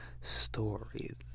stories